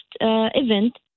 event